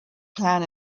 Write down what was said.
plan